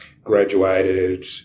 graduated